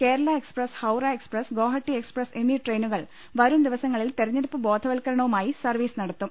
Kerala express Howrah express Guwahati express എന്നീ ട്രെയിനുകൾ വരുംദിവസങ്ങളിൽ തൃരഞ്ഞെടുപ്പ് ബോധവത്കര ണവുമായി സർവീസ് നടത്തും